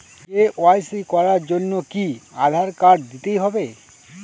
KYC করার জন্য কি আধার কার্ড দিতেই হবে?